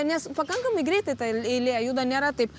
nes pakankamai greitai ta eilė juda nėra taip